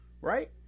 right